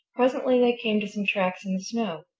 presently they came to some tracks in the snow.